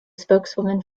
spokeswoman